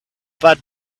but